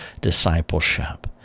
discipleship